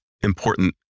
important